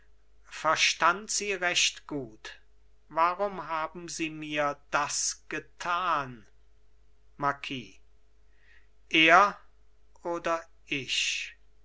verstand sie recht gut warum haben sie mir das getan marquis er oder ich